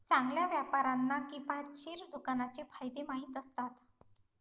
चांगल्या व्यापाऱ्यांना किफायतशीर दुकानाचे फायदे माहीत असतात